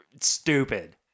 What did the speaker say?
stupid